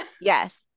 Yes